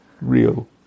real